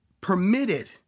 permitted